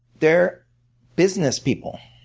they're business people.